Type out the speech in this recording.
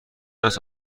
است